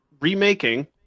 remaking